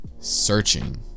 searching